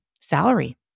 salary